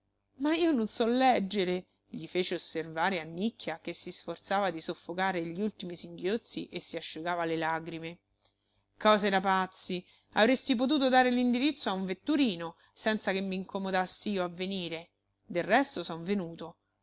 ma io non so leggere gli fece osservare annicchia che si sforzava di soffocare gli ultimi singhiozzi e si asciugava le lagrime cose da pazzi avresti potuto dare l'indirizzo a un vetturino senza che m'incomodassi io a venire del resto son venuto